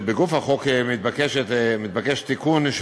בגוף החוק מתבקש תיקון,